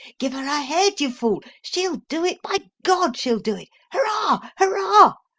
give her her head, you fool! she'll do it by god, she'll do it! hurrah! hurrah!